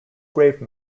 grave